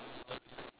ya